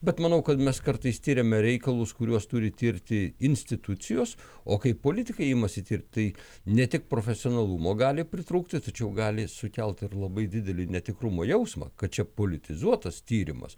bet manau kad mes kartais tiriame reikalus kuriuos turi tirti institucijos o kai politikai imasi tirt tai ne tik profesionalumo gali pritrūkti tačiau gali sukelt ir labai didelį netikrumo jausmą kad čia politizuotas tyrimas